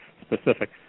specific